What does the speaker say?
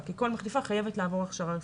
כי כל מחליפה חייבת לעבור הכשרה רפואית.